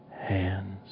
hands